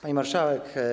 Pani Marszałek!